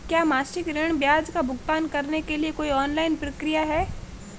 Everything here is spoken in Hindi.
क्या मासिक ऋण ब्याज का भुगतान करने के लिए कोई ऑनलाइन प्रक्रिया है?